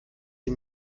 sie